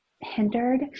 hindered